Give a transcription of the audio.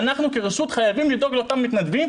אנחנו כרשות חייבים לדאוג לאותם מתנדבים,